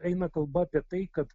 eina kalba apie tai kad